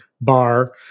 bar